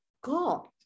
God